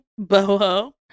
boho